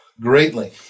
Greatly